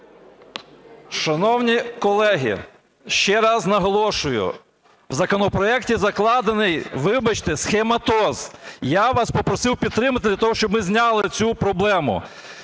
Шановні колеги, ще раз наголошую, в законопроекті закладений, вибачте, "схематоз". Я вас попросив підтримати для того, щоб ми зняли цю проблему.